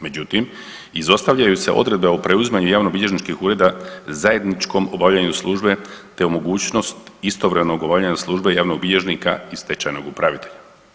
Međutim, izostavljaju se odredbe o preuzimanju javnobilježničkih ureda zajedničkom obavljanju službe, te mogućnost istovremenog obavljanja službe javnog bilježnika i stečajnog upravitelja.